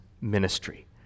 ministry